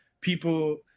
people